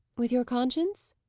with your conscience?